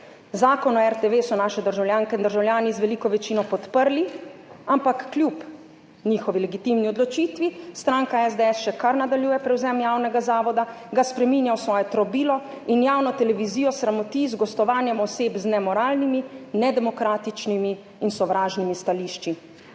Zakon o RTV so naše državljanke in državljani z veliko večino podprli, ampak kljub njihovi legitimni odločitvi stranka SDS še kar nadaljuje prevzem javnega zavoda, ga spreminja v svoje trobilo in javno televizijo sramoti z gostovanjem oseb z nemoralnimi, nedemokratičnimi in sovražnimi stališči.